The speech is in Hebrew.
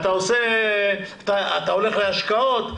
ואתה הולך להשקעות.